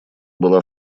была